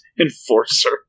Enforcer